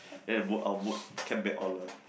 then the boat our boat kept back on lah